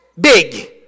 big